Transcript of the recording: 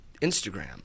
instagram